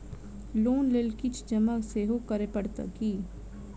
Loan लेल किछ जमा सेहो करै पड़त की?